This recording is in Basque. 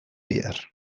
behar